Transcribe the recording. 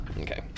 Okay